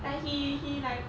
like he he like